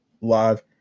live